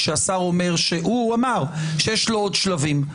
כשהשר אמר שיש לו עוד שלבים?